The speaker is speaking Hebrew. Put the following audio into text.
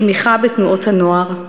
תמיכה בתנועות הנוער,